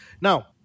Now